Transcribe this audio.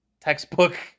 textbook